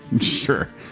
Sure